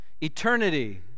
eternity